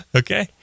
okay